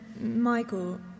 Michael